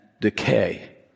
decay